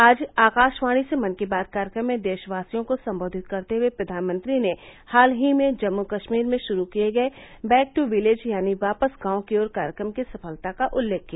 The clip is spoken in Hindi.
आज आकाशवाणी से मन की बात कार्यक्रम में देशवासियों को संबोधित करते हुए प्रधानमंत्री ने हाल ही में जम्मू कश्मीर में शुरू किए गए बैक दू विलेज यानी वापस गांव की ओर कार्यक्रम की सफलता का उल्लेख किया